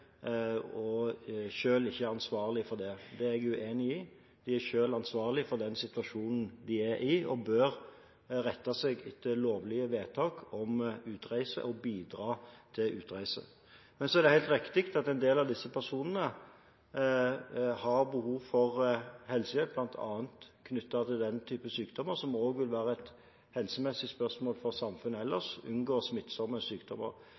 og som selv ikke er ansvarlige for det. Det er jeg uenig i. De er selv ansvarlige for den situasjonen de er i, og bør rette seg etter lovlige vedtak om utreise – og bidra til utreise. Det er helt riktig at en del av disse personene har behov for helsehjelp, bl.a. knyttet til den type sykdommer som òg vil være et helsemessig spørsmål for samfunnet ellers: det å unngå smittsomme sykdommer.